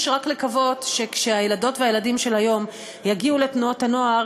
יש רק לקוות שכשהילדות והילדים של היום יגיעו לתנועות הנוער,